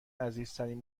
عزیزترین